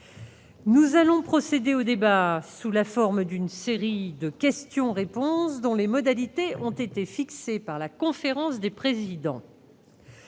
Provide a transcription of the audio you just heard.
Nous allons procéder au débat sous la forme d'une série de questions-réponses dont les modalités ont été fixées par la conférence des présidents.